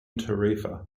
tarifa